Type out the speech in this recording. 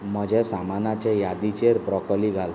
म्हजे सामानाचे यादीचेर ब्रॉकॉली घाल